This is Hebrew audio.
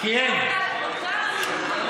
כי אין, אדוני השר?